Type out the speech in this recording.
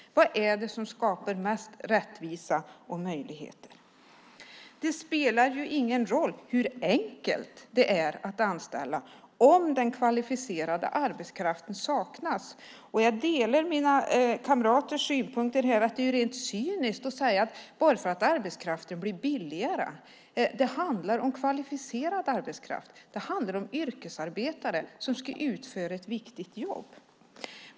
Vad är det som skapar mest rättvisa och möjligheter? Det spelar ingen roll hur enkelt det är att anställa om den kvalificerade arbetskraften saknas. Jag delar mina kamraters synpunkter här. Det är cyniskt att tala om att arbetskraften blir billigare. Det handlar om kvalificerad arbetskraft och yrkesarbetare som ska utföra ett viktigt jobb.